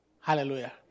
Hallelujah